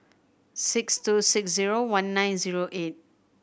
six two six zero one nine zero eight